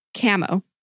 camo